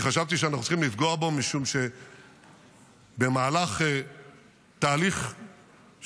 אני חשבתי שאנחנו צריכים לפגוע בו משום שבמהלך תהליך של